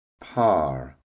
par